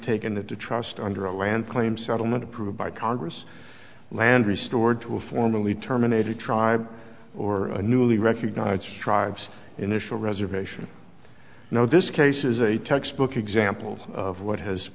taken into trust under a land claim settlement approved by congress land restored to a formerly terminated tribe or a newly recognized strives initial reservation no this case is a textbook example of what has